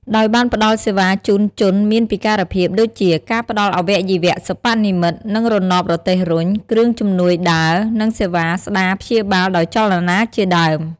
ដោយបានផ្ដល់សេវាជូនជនមានពិការភាព ដូចជា ការផ្ដល់អាវៈយវៈសិប្បនិម្មិត និងរណបរទេះរុញ គ្រឿងជំនួយដើរ និងសេវាស្តារព្យាបាលដោយចលនាជាដើម។